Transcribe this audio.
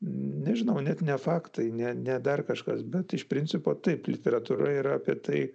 nežinau net ne faktai ne ne dar kažkas bet iš principo taip literatūra yra apie tai